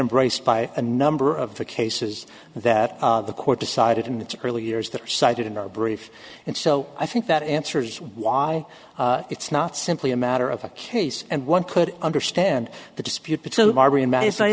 embraced by a number of the key cases that the court decided in the early years that are cited in our brief and so i think that answers why it's not simply a matter of a case and one could understand the